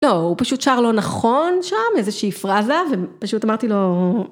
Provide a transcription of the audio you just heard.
לא, הוא פשוט שר לא נכון שם, איזושהי פראזה, ופשוט אמרתי לו...